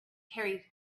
carries